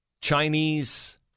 Chinese